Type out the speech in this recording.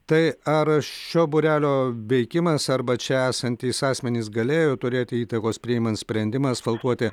tai ar šio būrelio veikimas arba čia esantys asmenys galėjo turėti įtakos priimant sprendimą asfaltuoti